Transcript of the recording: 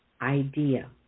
idea